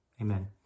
amen